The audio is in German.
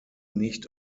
nicht